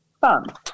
fun